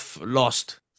lost